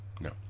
No